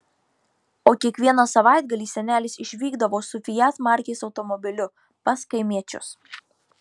o kiekvieną savaitgalį senelis išvykdavo su fiat markės automobiliu pas kaimiečius